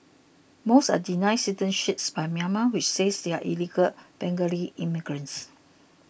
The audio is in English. most are denied citizenship by Myanmar which says they are illegal Bengali immigrants